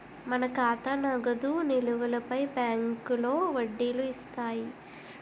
మన ఖాతా నగదు నిలువులపై బ్యాంకులో వడ్డీలు ఇస్తాయి